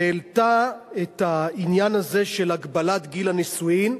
שהעלתה את העניין הזה של הגבלת גיל הנישואים.